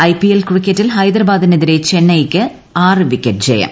IPL ക്രിക്കറ്റിൽ ഹൈദരാബാദിനെതിരെ ചെന്നൈയ്ക്ക് ആറ് വിക്കറ്റ് ജയം